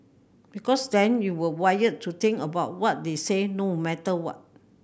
because then you were wired to think about what they said no matter what